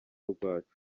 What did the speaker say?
rwacu